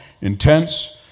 intense